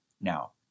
Now